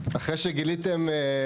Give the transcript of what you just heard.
אחרי שגיליתם,